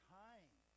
time